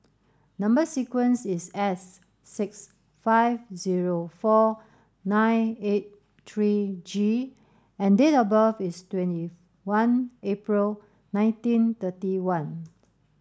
number sequence is S six five zero four nine eight three G and date of birth is twenty one April nineteen thirty one